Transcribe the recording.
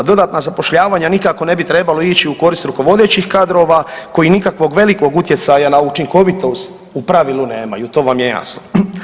Dodatna zapošljavanja nikako ne bi trebalo ići u korist rukovodećih kadrova koji nikakvog velikog utjecaja na učinkovitost u pravilu nemaju, to vam je jasno.